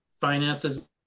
finances